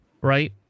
right